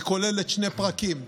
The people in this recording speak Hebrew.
היא כוללת שני פרקים,